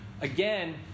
again